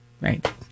Right